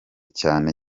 cyane